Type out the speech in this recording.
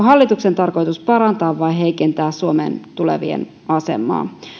hallituksen tarkoitus parantaa vai heikentää suomeen tulevien asemaa